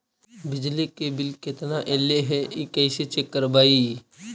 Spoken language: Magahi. बिजली के बिल केतना ऐले हे इ कैसे चेक करबइ?